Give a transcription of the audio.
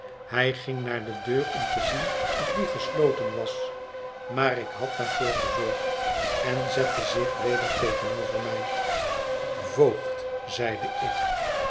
hij ging naar de deur om té zien of die gesloten was maar ik had daarvoor gezorgd en zette zich weder tegenover mij voogd zeide ik